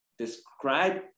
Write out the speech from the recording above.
describe